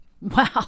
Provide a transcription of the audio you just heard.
Wow